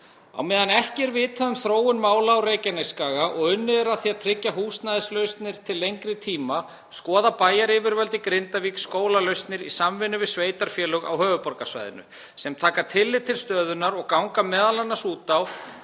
Á meðan ekki er vitað um þróun mála á Reykjanesskaga og unnið er að því að tryggja húsnæðislausnir til lengri tíma skoða bæjaryfirvöld í Grindavík skólalausnir í samvinnu við sveitarfélög á höfuðborgarsvæðinu sem taka tillit til stöðunnar og ganga m.a. út á